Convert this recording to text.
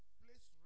place